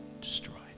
destroyed